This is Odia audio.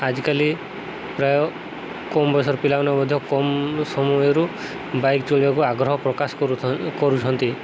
ଆଜିକାଲି ପ୍ରାୟ କମ୍ ବୟସର ପିଲାମାନେ ମଧ୍ୟ କମ ସମୟରୁ ବାଇକ୍ ଚଲେଇବାକୁ ଆଗ୍ରହ ପ୍ରକାଶ କରୁଛନ୍ତି